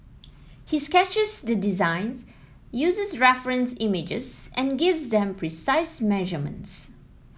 he sketches the designs uses reference images and gives them precise measurements